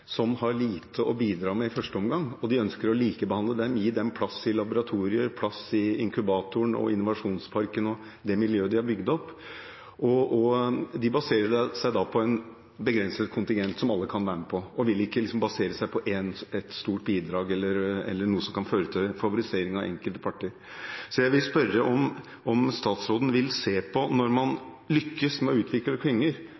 som har lite å bidra med i første omgang. De ønsker å likebehandle dem, gi dem plass i laboratorier, i inkubatoren, i innovasjonsparken og i det miljøet de har bygd opp. De baserer seg på en begrenset kontingent som alle kan være med på, og vil ikke basere seg på ett stort bidrag eller noe som kan føre til favorisering av enkelte parter. Så jeg vil spørre om statsråden vil se på følgende: Når